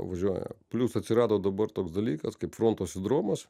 važiuoja plius atsirado dabar toks dalykas kaip fronto sindromas